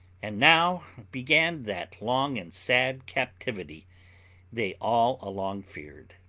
and now began that long and sad captivity they all along feared.